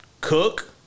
Cook